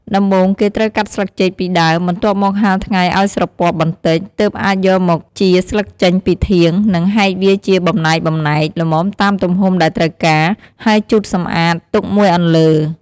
ដំបូង គេត្រូវកាត់ស្លឹកចេកពីដើម បន្ទាប់មកហាលថ្ងៃឱ្យស្រពាប់បន្តិច ទើបអាចយកមកចៀរស្លឹកចេញពីធាង និងហែកវាជាបំណែកៗ ល្មមតាមទំហំដែលត្រូវការ ហើយជូតសម្អាត ទុកមួយអន្លើ។